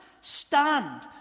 stand